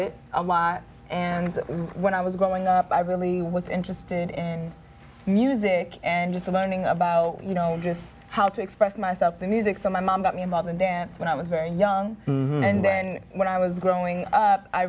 it a lot and when i was growing up i really was interested in music and just learning about you know just how to express myself through music so my mom got me involved in dance when i was very young and then when i was growing up i